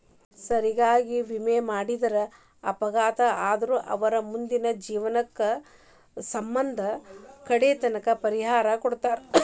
ಸರಿಯಾಗಿ ವಿಮೆ ಮಾಡಿದವರೇಗ ಅಪಘಾತ ಆತಂದ್ರ ಅವರ್ ಮುಂದಿನ ಜೇವ್ನದ್ ಸಮ್ಮಂದ ಕಡಿತಕ್ಕ ಪರಿಹಾರಾ ಕೊಡ್ತಾರ್